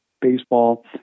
baseball